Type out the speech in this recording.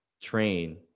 train